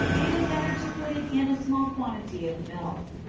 it is better to put it in a small quantity of milk,